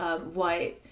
white